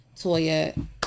Toya